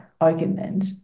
argument